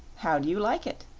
how do you like it?